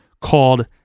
called